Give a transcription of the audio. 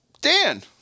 Dan